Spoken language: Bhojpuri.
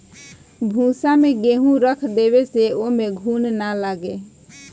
भूसा में गेंहू रख देवे से ओमे घुन ना लागे